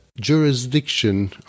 jurisdiction